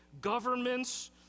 governments